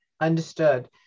Understood